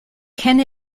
kenne